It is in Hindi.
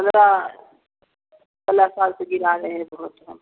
साल से गिरा रहे भोट हम